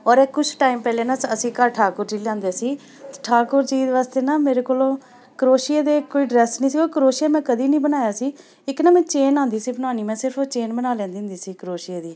ਪਰ ਕੁਛ ਟਾਈਮ ਪਹਿਲੇ ਨਾ ਅਸ ਅਸੀਂ ਘਰ ਠਾਕੁਰ ਜੀ ਲਿਆਂਦੇ ਸੀ ਠਾਕੁਰ ਜੀ ਵਾਸਤੇ ਨਾ ਮੇਰੇ ਕੋਲ ਕਰੋਸ਼ੀਏ ਦੀ ਕੋਈ ਡਰੈਸ ਨਹੀਂ ਸੀ ਉਹ ਕਰੋਸ਼ੀਆ ਮੈਂ ਕਦੀ ਨਹੀਂ ਬਣਾਇਆ ਸੀ ਇੱਕ ਨਾ ਮੈਂ ਚੇਨ ਆਉਂਦੀ ਸੀ ਬਣਾਉਣੀ ਮੈਂ ਸਿਰਫ ਉਹ ਚੇਨ ਬਣਾ ਲੈਂਦੀ ਹੁੰਦੀ ਸੀ ਕਰੋਸ਼ੀਏ ਦੀ